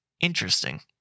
Interesting